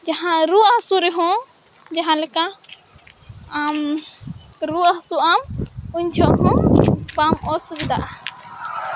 ᱡᱟᱦᱟᱸ ᱨᱩᱣᱟᱹᱼᱦᱟᱥᱩ ᱨᱮᱦᱚᱸ ᱡᱟᱦᱟᱸᱞᱮᱠᱟ ᱟᱢ ᱨᱩᱣᱟᱹᱼᱦᱟ ᱥᱩᱜ ᱟᱢ ᱩᱱ ᱡᱚᱦᱚᱜᱦᱚᱸ ᱵᱟᱢ ᱚᱥᱩᱵᱤᱫᱷᱟᱜᱼᱟ